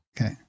Okay